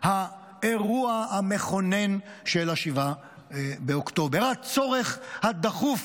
האירוע המכונן של 7 באוקטובר, הצורך הדחוף